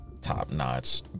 top-notch